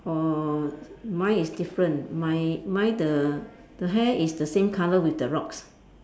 orh mine is different my mine the the hair is the same colour with the rocks